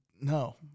No